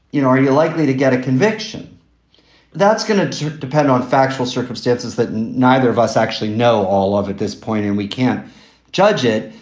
you know, are you likely to get a conviction that's going to depend on factual circumstances that neither of us actually know all of at this point and we can't judge it.